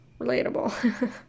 relatable